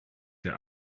der